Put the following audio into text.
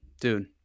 dude